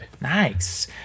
Nice